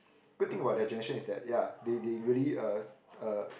good thing about the generation is that ya they they really uh